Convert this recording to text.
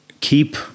keep